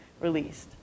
released